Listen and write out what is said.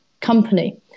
company